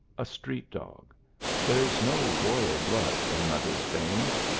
a street-dog there's no royal blood in mother's veins,